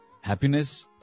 happiness